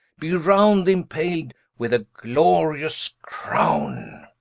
be round impaled with a glorious crowne.